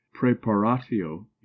preparatio